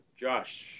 Josh